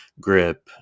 grip